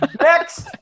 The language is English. Next